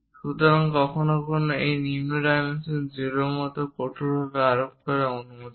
সুতরাং কখনও কখনও এই নিম্ন ডাইমেনশন 0 মত কঠোরভাবে আরোপ করা অনুমিত হয়